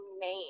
main